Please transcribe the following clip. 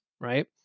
right